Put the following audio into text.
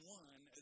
one